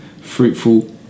fruitful